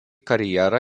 karjerą